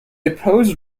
opposed